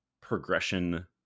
progression